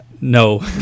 no